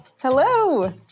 Hello